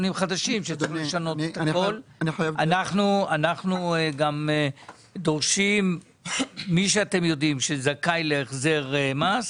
אנחנו גם דורשים שמי שאתם יודעים שהוא זכאי להחזר מס,